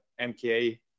MKA